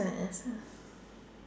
hardest